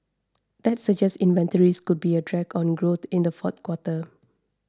that suggests inventories could be a drag on growth in the fourth quarter